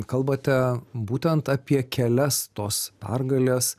kalbate būtent apie kelias tos pergalės